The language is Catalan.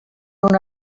una